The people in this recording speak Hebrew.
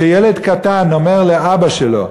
כשילד קטן אומר לאבא שלו: